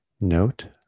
note